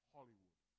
Hollywood